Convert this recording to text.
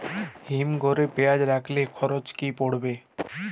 হিম ঘরে পেঁয়াজ রাখলে খরচ কি পড়বে?